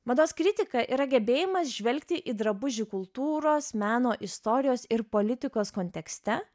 mados kritika yra gebėjimas žvelgti į drabužį kultūros meno istorijos ir politikos kontekste